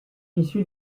issue